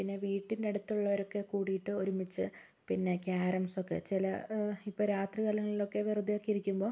പിന്നെ വീട്ടിനടുത്തുള്ളവരൊക്കെ കൂടിയിട്ട് ഒരുമിച്ച് പിന്നെ ക്യാരംസ് ഒക്കെ ചില ഇപ്പോൾ രാത്രി കാലങ്ങളിലൊക്കെ വെറുതെ ഒക്കെ ഇരിക്കുമ്പോൾ